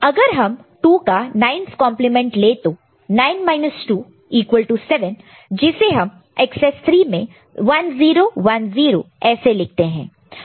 अगर हम 2 का 9's कंप्लीमेंट ले तो 9 2 7 जिसे हम एकसेस 3 में 1 0 1 0 ऐसे लिखते हैं